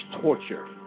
torture